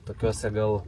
tokiuose gal